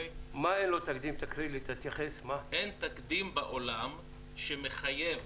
אין תקדים בעולם שמחייב,